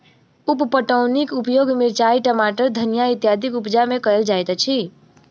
उप पटौनीक उपयोग मिरचाइ, टमाटर, धनिया इत्यादिक उपजा मे कयल जाइत अछि